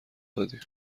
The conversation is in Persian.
دادیم